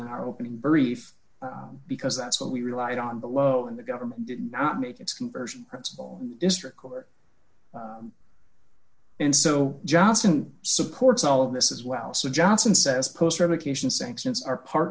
our opening brief because that's what we relied on below and the government did not make its conversion principle district court and so johnson supports all of this as well so johnson says post revocation sanctions are part